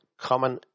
common